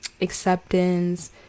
acceptance